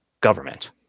government